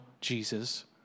Jesus